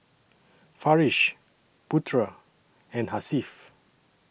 Farish Putera and Hasif